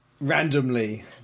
randomly